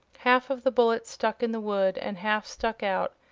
half of the bullet stuck in the wood and half stuck out,